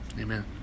Amen